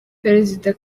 perezida